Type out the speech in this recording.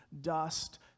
dust